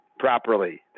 properly